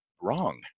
wrong